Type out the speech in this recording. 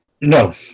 No